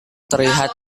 terlihat